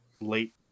late